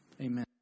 Amen